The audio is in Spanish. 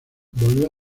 volvió